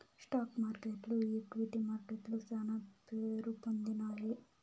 stock మార్కెట్లు equity మార్కెట్లు శానా పేరుపొందినాయి